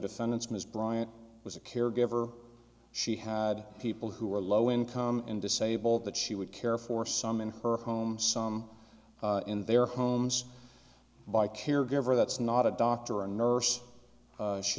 defendants ms bryant was a caregiver she had people who were low income and disabled that she would care for some in her home some in their homes by caregiver that's not a doctor or a nurse